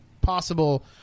possible